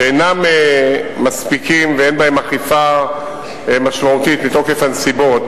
שאינם מספיקים ואין בהם אכיפה משמעותית מתוקף הנסיבות.